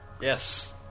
Yes